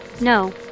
No